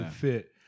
fit